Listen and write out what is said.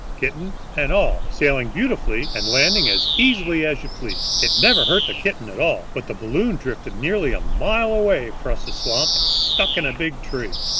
kitten, and all, sailing beautifully and landing as easily as you please. it never hurt the kitten at all. but the balloon drifted nearly a mile away across a swamp and stuck in a big tree.